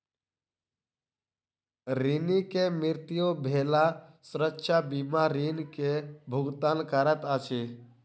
ऋणी के मृत्यु भेला सुरक्षा बीमा ऋण के भुगतान करैत अछि